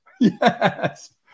Yes